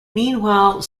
meanwhile